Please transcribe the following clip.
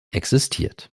existiert